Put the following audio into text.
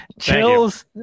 Chills